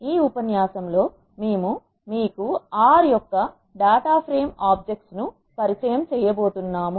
ఈ ఉపన్యాసంలో మేము మీకు ఆర్ R యొక్క డేటా ఫ్రేమ్ ఆబ్జెక్ట్స్ ను పరిచయం చేయబోతున్నాం